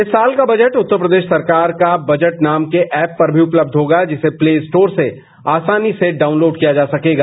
इस वर्ष का बजट उत्तर प्रदेश सरकार का बजट नामक ऐप पर भी उपलब्ध होगा जिसे प्ले स्टोर से आसानी से डाउनलोड कियाजा सकेगा